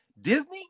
Disney